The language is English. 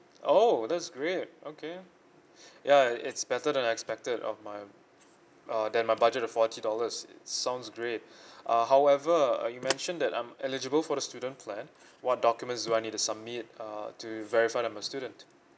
oh that's great okay yeah it's better than I expected of my uh than my budget of forty dollars it sounds great uh however uh you mention that I'm eligible for the student plan what documents do I need to submit uh to verify that I'm a student